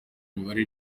imibare